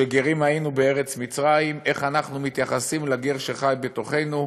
ש"גרים היינו בארץ מצרים": איך אנחנו מתייחסים לגר שחי בתוכנו,